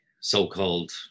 so-called